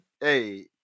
Hey